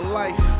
life